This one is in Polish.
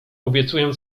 obiecuję